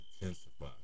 intensify